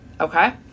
okay